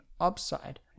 upside